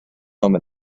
home